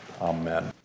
Amen